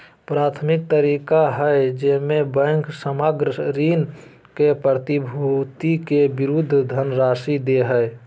प्राथमिक तरीका हइ जेमे बैंक सामग्र ऋण के प्रतिभूति के विरुद्ध धनराशि दे हइ